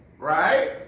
Right